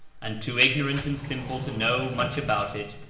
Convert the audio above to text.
and too ignorant and simple to know much about it,